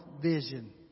vision